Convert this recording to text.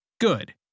good